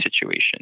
situation